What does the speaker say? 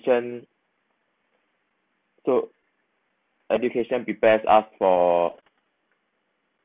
so education prepare us for